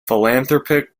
philanthropic